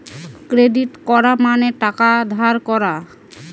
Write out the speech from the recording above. credit করা মানে টাকা ধার করা